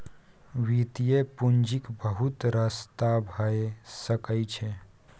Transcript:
वित्तीय पूंजीक बहुत रस्ता भए सकइ छै